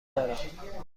دارم